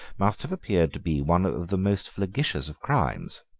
must have appeared to be one of the most flagitious of crimes,